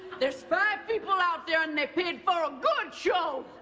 there's five people out there and they paid for a good show.